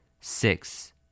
six